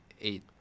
eight